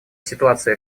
ситуация